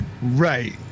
Right